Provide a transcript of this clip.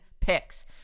picks